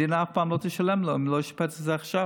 המדינה אף פעם לא תשלם לו אם לא ישפץ את זה עכשיו.